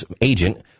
agent